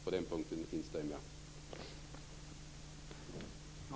På den punkten instämmer jag.